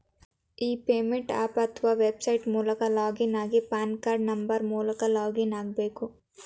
E payment app ಅತ್ವ website ಮೂಲಕ login ಆಗಿ ಪಾನ್ ಕಾರ್ಡ್ ನಂಬರ್ ಮೂಲಕ ಲಾಗಿನ್ ಆಗ್ಬೇಕು